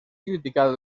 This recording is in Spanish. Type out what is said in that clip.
criticada